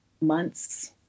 months